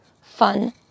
fun